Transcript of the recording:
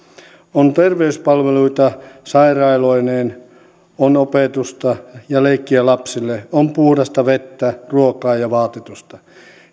on terveyspalveluita sairaaloineen on opetusta ja leikkiä lapsille on puhdasta vettä ruokaa ja vaatetusta